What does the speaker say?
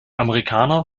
amerikaner